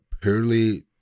purely